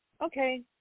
okay